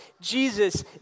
Jesus